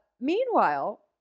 Meanwhile